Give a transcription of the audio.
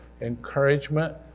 encouragement